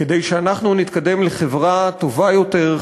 כדי שאנחנו נתקדם לחברה טובה יותר,